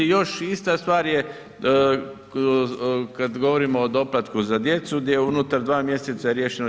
I još ista stvar je kada govorimo o doplatku za djecu gdje je unutar 2 mjeseca riješeno 45%